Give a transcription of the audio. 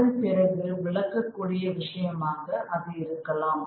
அதன் பிறகு விளக்கக்கூடிய விஷயமாக அது இருக்கலாம்